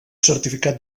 certificat